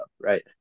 right